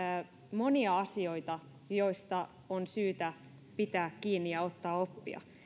monia asioita joista on syytä pitää kiinni ja ottaa oppia